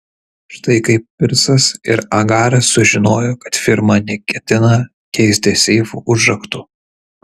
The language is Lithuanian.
štai kaip pirsas ir agaras sužinojo kad firma neketina keisti seifų užraktų